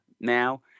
now